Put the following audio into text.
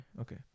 Okay